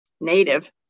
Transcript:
native